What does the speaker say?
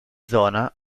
zona